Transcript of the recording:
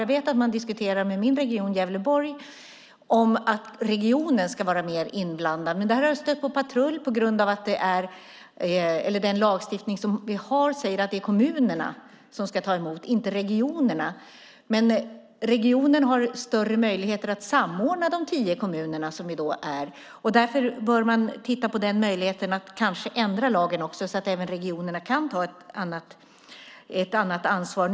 Jag vet att man i min region Gävleborg diskuterar att regionen ska vara mer inblandad. Detta har dock stött på patrull på grund av den lagstiftning vi har som säger att det är kommunerna som ska ta emot och inte regionerna. Men regionen har större möjligheter att samordna de tio kommuner som vi består av, och därför bör man titta på möjligheten att ändra lagen så att även regionerna kan ta ett annat ansvar.